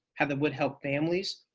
how that would help families.